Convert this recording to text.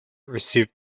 received